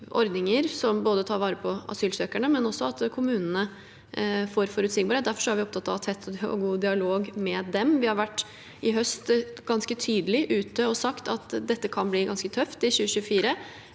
ordninger som tar vare på asylsøkerne, men også at kommunene får forutsigbarhet. Derfor er vi opptatt av tett og god dialog med dem. Vi har i høst vært ganske tydelig ute og sagt at dette kan bli ganske tøft i 2024.